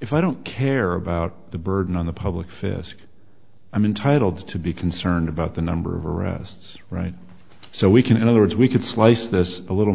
if i don't care about the burden on the public fisc i mean titled to be concerned about the number of arrests so we can in other words we can slice this a little